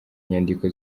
inyandiko